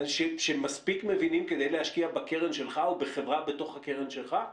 שמספיק מבינים כדי להשקיע בקרן שלך או בחברה בתוך הקרן שלך?